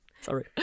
Sorry